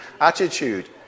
attitude